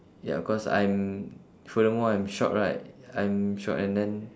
ya cause I'm furthermore I'm short right I'm short and then